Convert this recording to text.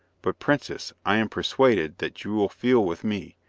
but, princess, i am persuaded that you will feel with me,